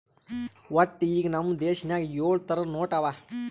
ವಟ್ಟ ಈಗ್ ನಮ್ ದೇಶನಾಗ್ ಯೊಳ್ ಥರ ನೋಟ್ ಅವಾ